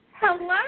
Hello